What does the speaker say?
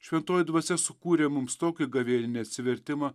šventoji dvasia sukūrė mums tokį gavėninį atsivertimą